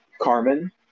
Carmen